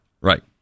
right